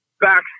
back